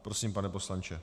Prosím, pane poslanče.